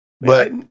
But-